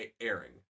airing